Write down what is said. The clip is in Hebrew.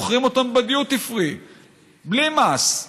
מוכרים אותן בדיוטי פרי בלי מס.